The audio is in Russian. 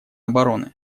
обороны